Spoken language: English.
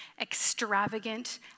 extravagant